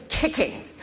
kicking